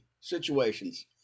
situations